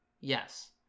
Yes